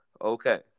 Okay